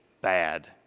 bad